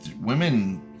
Women